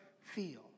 feel